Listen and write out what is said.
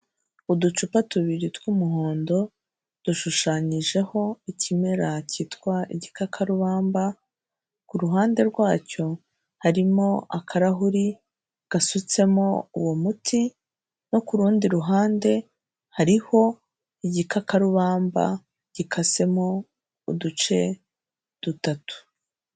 Uducupa tubiri tw'umuhondo dushushanyijeho ikimera cyitwa igikakarubamba, ku ruhande rwacyo, harimo akarahuri gasutsemo uwo muti, no ku rundi ruhande hariho igikakarubamba gikasemo uduce dutatu.